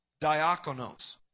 diakonos